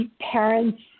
parents